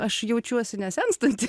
aš jaučiuosi nesenstanti